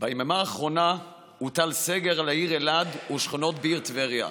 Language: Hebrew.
ביממה האחרונה הוטל סגר על העיר אלעד ושכונות בעיר טבריה.